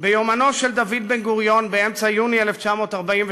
ביומנו של דוד בן-גוריון באמצע יוני 1948,